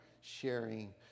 sharing